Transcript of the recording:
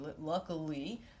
luckily